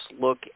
look